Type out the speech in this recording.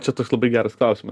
čia toks labai geras klausimas